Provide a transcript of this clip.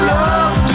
love